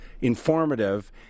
informative